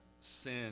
sin